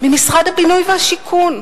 ממשרד הבינוי והשיכון.